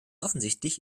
offensichtlich